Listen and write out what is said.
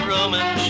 Roman